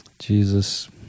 Jesus